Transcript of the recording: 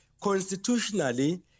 Constitutionally